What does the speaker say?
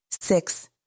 Six